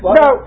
no